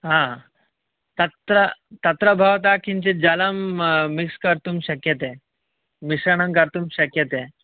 हा तत्र तत्र भवता किञ्चित् जलं मिक्स् कर्तुं शक्यते मिश्रणं कर्तुं शक्यते